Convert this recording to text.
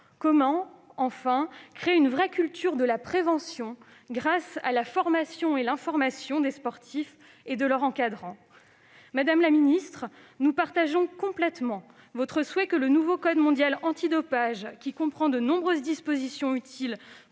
Comment, enfin, créer une vraie culture de la prévention, grâce à la formation et l'information des sportifs et de leurs encadrants ? Madame la ministre, nous partageons complètement votre souhait que le nouveau code mondial antidopage, qui comprend de nombreuses dispositions utiles